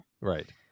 right